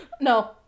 No